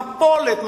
מפולת,